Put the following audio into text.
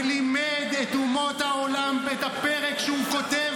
ולימד את אומות העולם את הפרק שהוא כותב